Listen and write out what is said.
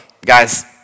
guys